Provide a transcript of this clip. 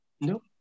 no